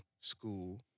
school